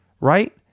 right